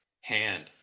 hand